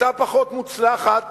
היתה פחות מוצלחת